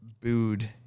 booed